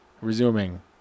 Resuming